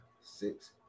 six